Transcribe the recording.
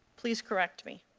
please, correct me.